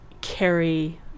carry